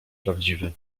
prawdziwy